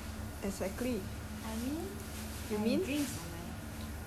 I mean I had drinks on my hand